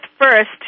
first